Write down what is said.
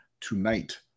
tonight